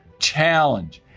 challenge,